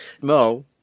Mo